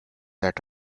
that